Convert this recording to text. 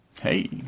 Hey